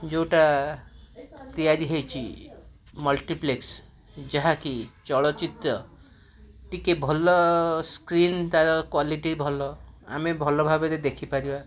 ଯେଉଁଟା ତିଆରି ହେଇଛି ମଲ୍ଟିପ୍ଲେକ୍ସ ଯାହାକି ଚଳଚ୍ଚିତ୍ର ଟିକିଏ ଭଲ ସ୍କ୍ରିନ୍ ତାର କ୍ଵାଲିଟି ଭଲ ଆମେ ଭଲଭାବରେ ଦେଖିପାରିବା